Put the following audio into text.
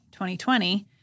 2020